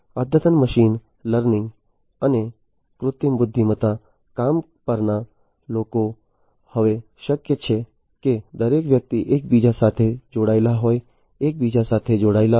અદ્યતન machine learning અને કૃત્રિમ બુદ્ધિમત્તામાં કામ પરના લોકો હવે શક્ય છે કે દરેક વ્યક્તિ એકબીજા સાથે જોડાયેલા હોય એકબીજા સાથે જોડાયેલા હોય